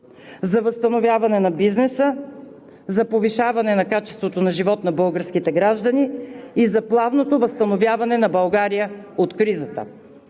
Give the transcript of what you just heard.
за възстановяването на бизнеса, за повишаването на качеството на живот на българските граждани и за плавното възстановяване на България от кризата.